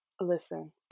listen